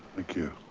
thank you.